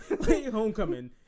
homecoming